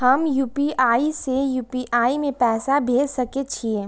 हम यू.पी.आई से यू.पी.आई में पैसा भेज सके छिये?